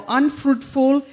unfruitful